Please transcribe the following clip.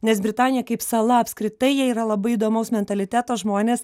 nes britanija kaip sala apskritai jie yra labai įdomaus mentaliteto žmonės